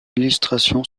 illustration